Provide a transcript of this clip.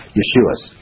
Yeshua's